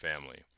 family